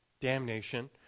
damnation